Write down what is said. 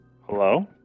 Hello